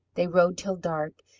they rode till dark,